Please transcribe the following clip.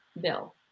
bill